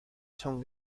son